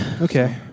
okay